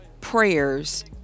prayers